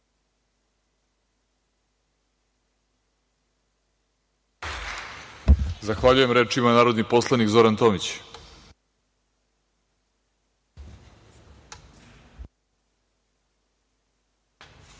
Zahvaljujem. Reč ima narodni poslanik Zoran Tomić.